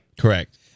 Correct